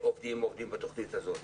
עובדים בתוכנית הזאת,